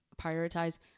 prioritize